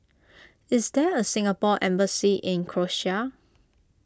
is there a Singapore Embassy in Croatia